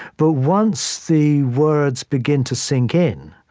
but once the words begin to sink in,